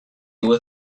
were